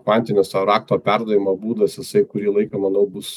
kvantinis rakto perdavimo būdas jisai kurį laiką manau bus